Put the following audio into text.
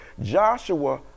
Joshua